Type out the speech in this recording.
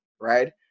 right